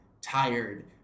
tired